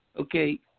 okay